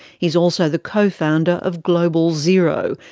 he's also the co-founder of global zero,